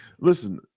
listen